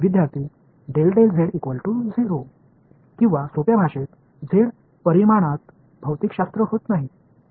மாணவர் அல்லது எளிமையான சொற்களில் z பரிமாணத்தில் இயற்பியல் எதுவும் நடக்கவில்லை